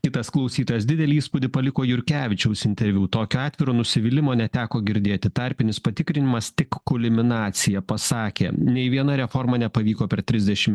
kitas klausytojas didelį įspūdį paliko jurkevičiaus interviu tokio atviro nusivylimo neteko girdėti tarpinis patikrinimas tik kulminacija pasakė nei viena reforma nepavyko per trisdešim